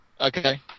okay